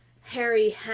Harry